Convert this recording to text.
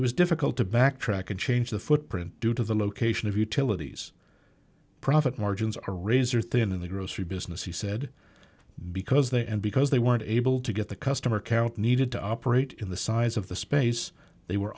it was difficult to backtrack and change the footprint due to the location of utilities profit margins are razor thin in the grocery business he said because they and because they weren't able to get the customer count needed to operate in the size of the space they were